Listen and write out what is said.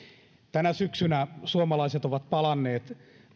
tänä syksynä suomalaiset ovat palanneet